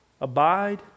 Abide